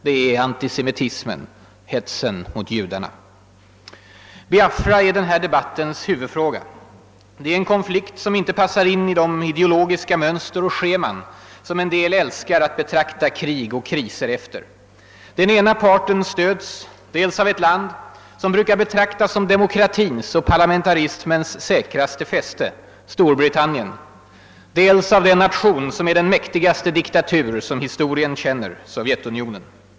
Det är antisemitismen, hetsen mot judarna. Biafra är den här debattens huvudfråga. Det är en konflikt som inte passar in i de ideologiska mönster och scheman som en del älskar att betrakta krig och kriser efter. Den ena parten stöds dels av ett land som brukat betraktas som demokratins och parlamentarismens säkraste fäste, Storbritannien, dels av den nation som är den mäktigaste diktatur historien känner, Sovjetunionen.